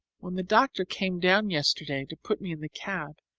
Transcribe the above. when the doctor came down yesterday to put me in the cab,